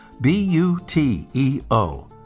B-U-T-E-O